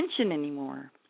anymore